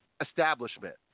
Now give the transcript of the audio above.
establishment